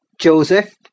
Joseph